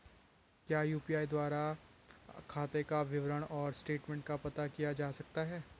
क्या यु.पी.आई द्वारा खाते का विवरण और स्टेटमेंट का पता किया जा सकता है?